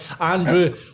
Andrew